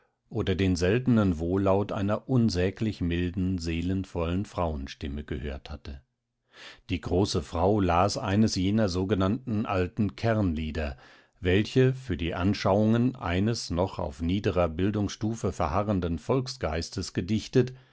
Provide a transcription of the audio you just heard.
oder den seltenen wohllaut einer unsäglich milden seelenvollen frauenstimme gehört hatte die große frau las eines jener sogenannten alten kernlieder welche für die anschauungen eines noch auf niederer bildungsstufe verharrenden volksgeistes gedichtet